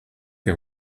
que